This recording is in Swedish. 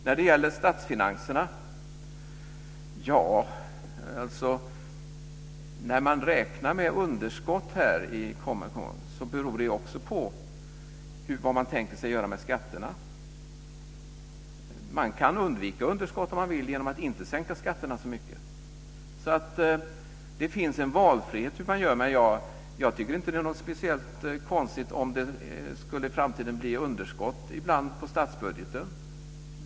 När det gäller statsfinanserna och när man räknar med underskott beror det på vad man tänker sig att göra med skatterna. Man kan undvika underskott om man vill genom att inte sänka skatterna så mycket. Här finns alltså en valfrihet. Men jag tycker inte att det vore speciellt konstigt om det i framtiden skulle bli underskott i statsbudgeten ibland.